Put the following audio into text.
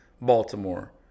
baltimore